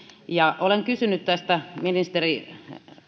olen kysynyt tästä ministeri